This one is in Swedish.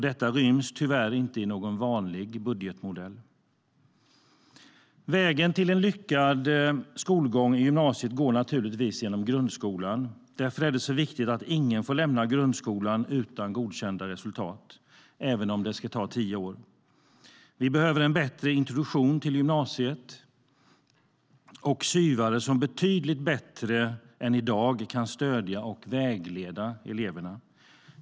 Detta ryms tyvärr inte i någon vanlig budgetmodell. Vägen till en lyckad skolgång i gymnasiet går naturligtvis genom grundskolan. Därför är det viktigt att ingen får lämna grundskolan utan godkända resultat, även om det ska ta tio år. Vi behöver en bättre introduktion till gymnasiet och studie och yrkesvägledare som betydligt bättre än i dag kan stödja och vägleda eleverna.